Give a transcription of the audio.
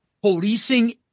policing